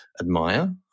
admire